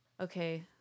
Okay